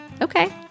okay